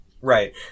Right